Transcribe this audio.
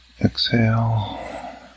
Exhale